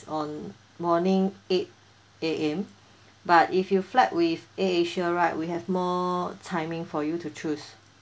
on morning eight A_M but if you flight with Air Asia right we have more timing for you to choose